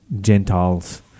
Gentiles